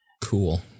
cool